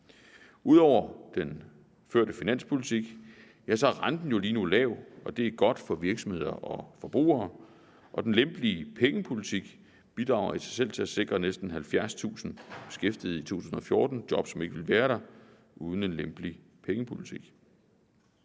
Ud over den førte finanspolitik er renten jo lige nu lav, og det er godt for virksomheder og forbrugere, og den lempelige pengepolitik bidrager i sig selv til at sikre næsten 70.000 beskæftigede i 2014; det er job, som ikke ville være der uden en lempelig pengepolitik.